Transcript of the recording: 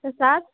प्रसाद